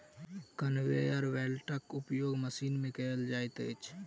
conveyor बेल्टक उपयोग machine मे कयल जाइत अछि